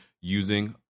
using